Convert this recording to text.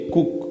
Cook